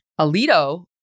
Alito